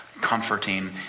comforting